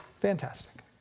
fantastic